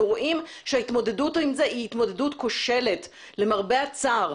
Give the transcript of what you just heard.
רואים שההתמודדות עם זה היא התמודדות כושלת למרבה הצער,